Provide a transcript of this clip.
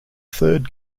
third